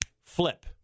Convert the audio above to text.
flip